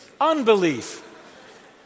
Unbelief